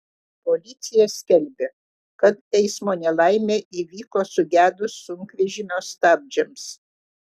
policija skelbia kad eismo nelaimė įvyko sugedus sunkvežimio stabdžiams